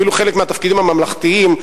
אפילו חלק מהתפקידים הממלכתיים,